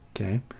Okay